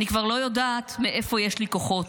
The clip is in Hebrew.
אני כבר לא יודעת מאיפה יש לי כוחות.